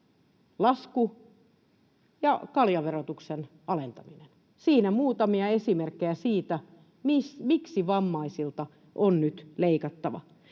lasku ja kaljaverotuksen alentaminen. Siinä muutamia esimerkkejä siitä, miksi vammaisilta on nyt leikattava.